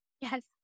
Yes